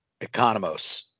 Economos